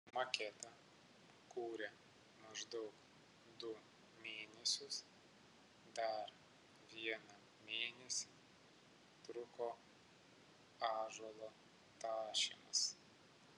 maketą kūrė maždaug du mėnesius dar vieną mėnesį truko ąžuolo tašymas